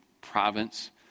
province